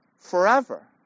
forever